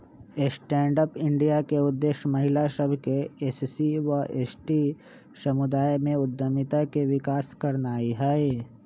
stand up India के उद्देश्य महिला सभ, एस.सी एवं एस.टी समुदाय में उद्यमिता के विकास करनाइ हइ